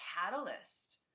catalyst